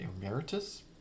Emeritus